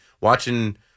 watching